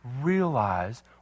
Realize